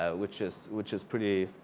ah which is which is pretty